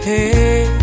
Hey